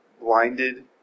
blinded